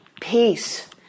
peace